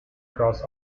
cross